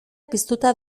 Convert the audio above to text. piztuta